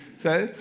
so,